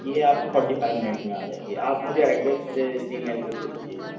یہ آپ کو فورٹی فائیو منٹس میں آ جائے گی آپ مجھے ایڈریس میرے جی میل پہ بھیج دیجیے گا